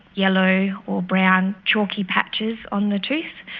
yellow or brown chalky patches on the tooth,